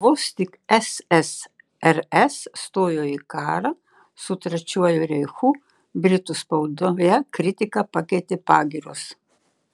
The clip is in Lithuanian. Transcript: vos tik ssrs stojo į karą su trečiuoju reichu britų spaudoje kritiką pakeitė pagyros